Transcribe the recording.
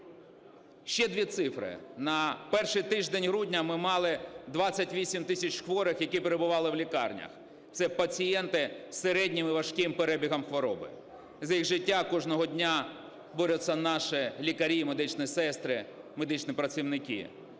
Ще дві цифри. На перший грудня ми мали 28 тисяч хворих, які перебували в лікарнях, це пацієнти з середнім і важким перебігом хвороби. За їх життя кожного дня борються наші лікарі і медичні сестри, медичні працівники.